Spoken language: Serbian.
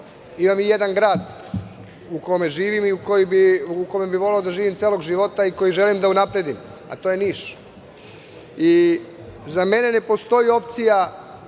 imam i jedan grad u kome živim i u kome bi voleo da živim celog života i koji želim da unapredim, a to je Niš. Za mene ne postoji opcija